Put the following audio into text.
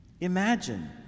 Imagine